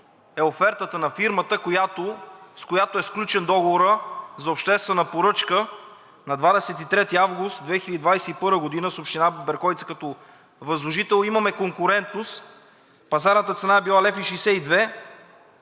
е офертата на фирмата, с която е сключен договорът за обществена поръчка на 23 август 2021 г. с Община Берковица като възложител. Имаме конкурентност – пазарната цена е била 1,62